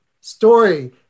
story